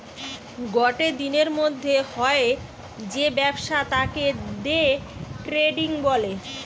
গটে দিনের মধ্যে হয় যে ব্যবসা তাকে দে ট্রেডিং বলে